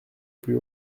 plus